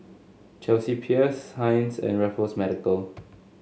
Chelsea Peers Heinz and Raffles Medical